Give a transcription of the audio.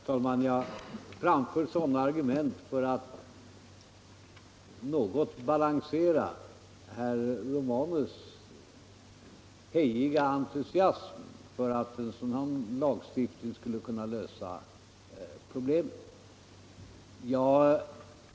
Herr talman! Jag framför sådana argument för att något balansera herr Romanus hejiga entusiasm för att en lagstiftning skulle kunna lösa problemet.